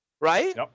Right